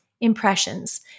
Impressions